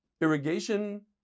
irrigation